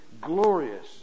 glorious